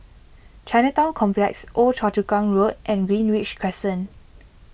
Chinatown Complex Old Choa Chu Kang Road and Greenridge Crescent